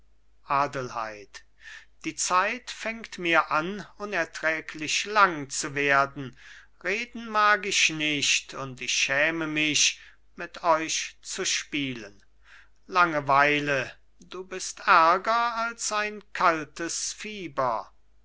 adelheid die zeit fängt mir an unerträglich lang zu werden reden mag ich nicht und ich schäme mich mit euch zu spielen langeweile du bist ärger als ein kaltes fieber